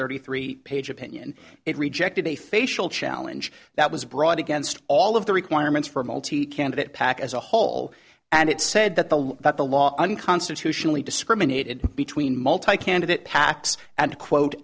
thirty three page opinion it rejected a facial challenge that was brought against all of the requirements for a multi candidate pac as a whole and it said that the law that the law unconstitutionally discriminated between multi candidate pacs and quote